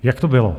Jak to bylo?